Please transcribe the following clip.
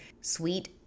sweet